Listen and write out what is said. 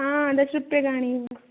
आम् दश रूप्यकाणि